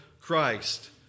christ